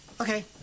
Okay